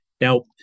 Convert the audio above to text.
Now